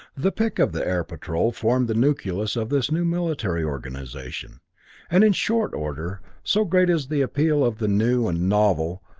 the pick of the air patrol formed the nucleus of this new military organization and in short order, so great is the appeal of the new and novel,